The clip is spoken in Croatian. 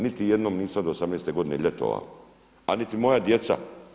Niti jednom nisam od 18 godine ljetovao, a niti moja djeca.